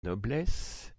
noblesse